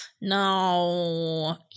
No